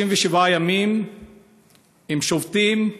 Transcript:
37 ימים הם שובתים,